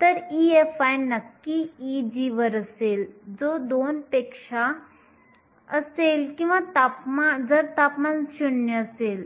तर EFi नक्की Eg वर असेल जो 2 पेक्षा जास्त असेल किंवा जर तापमान 0 असेल